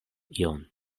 ion